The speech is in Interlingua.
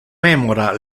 memora